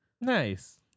Nice